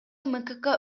мкк